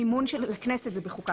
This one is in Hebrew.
מימון כנסת זה בחוקה.